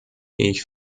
ich